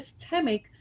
systemic